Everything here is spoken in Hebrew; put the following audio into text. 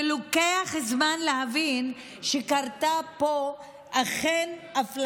ולוקח זמן להבין שאכן קרתה פה אפליה,